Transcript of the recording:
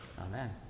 Amen